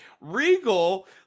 Regal